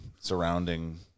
surrounding